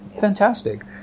Fantastic